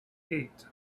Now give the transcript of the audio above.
eight